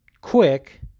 quick